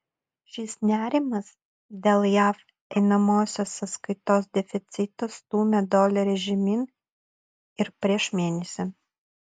šis nerimas dėl jav einamosios sąskaitos deficito stūmė dolerį žemyn ir prieš mėnesį